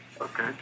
Okay